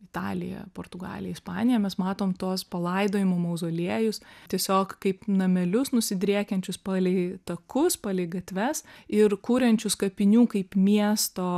italiją portugaliją ispaniją mes matom tuos palaidojimo mauzoliejus tiesiog kaip namelius nusidriekiančius palei takus palei gatves ir kuriančius kapinių kaip miesto